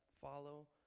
follow